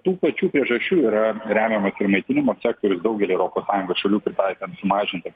tų pačių priežasčių yra remiamas ir maitinimo sektorius daugely europos sąjungos šalių pritaikant sumažintą